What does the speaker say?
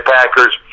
Packers